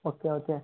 okay okay